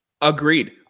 Agreed